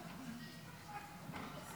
אדוני